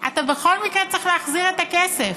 אתה בכל מקרה צריך להחזיר את הכסף.